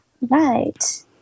right